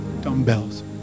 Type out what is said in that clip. dumbbells